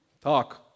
talk